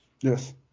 Yes